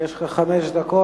יש לך חמש דקות.